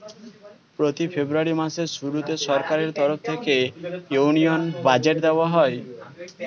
প্রতি ফেব্রুয়ারি মাসের শুরুতে সরকারের তরফ থেকে ইউনিয়ন বাজেট দেওয়া হয়